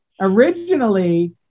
originally